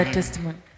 testimony